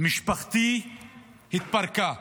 משפחתי התפרקה,